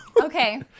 Okay